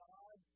God